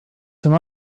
some